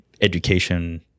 education